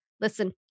listen